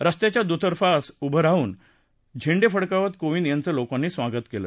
रस्त्याच्या दुतर्फा उभं राहून झेंडे फडकावत कोविंद यांचं लोकांनी स्वागत केलं